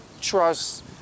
trust